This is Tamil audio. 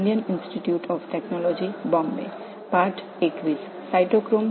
நீங்கள் வகுப்பை ரசிக்கிறீர்கள் என்று நம்புகிறேன்